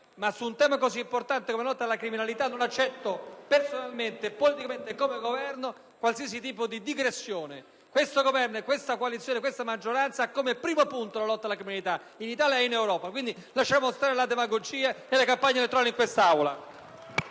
ma su un tema così importante come quello della lotta alla criminalità non accetto, personalmente, politicamente e come rappresentante del Governo, qualsiasi tipo di digressione. Questo Governo, questa coalizione, questa maggioranza hanno come priorità la lotta alla criminalità in Italia e in Europa. Lasciamo stare la demagogia e la campagna elettorale in quest'Aula.